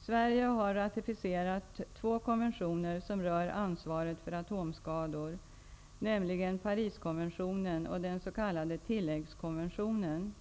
Sverige har ratificerat två konventioner som rör ansvaret för atomskador, nämligen tilläggskonventionen.